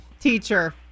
Teacher